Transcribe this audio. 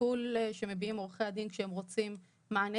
התסכול שמביעים עורכי הדין כשהם רוצים מענה